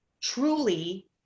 truly